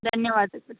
ಧನ್ಯವಾದಗಳು